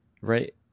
right